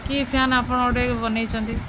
କି ଫ୍ୟାନ୍ ଆପଣ ଗୋଟେ ବନେଇଛନ୍ତି